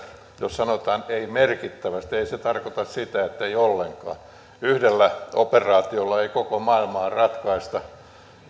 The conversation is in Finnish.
jos taloustieteessä sanotaan ei merkittävästi ei se tarkoita sitä että ei ollenkaan yhdellä operaatiolla ei koko maailmaa ratkaista